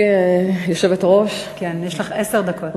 גברתי היושבת-ראש, יש לך עשר דקות.